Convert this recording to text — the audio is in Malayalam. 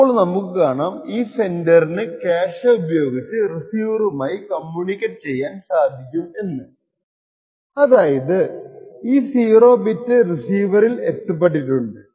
അപ്പോൾ നമുക്ക് കാണാം ഈ സെൻഡറിന് ക്യാഷെ ഉപയോഗിച്ച് റിസീവറുമായി കമ്മ്യൂണിക്കേറ്റ് ചെയ്യാൻ സാധിക്കും എന്ന് അതായത് ഈ 0 ബിറ്റ് റിസീവറിൽ എത്തപ്പെട്ടിട്ടുണ്ട്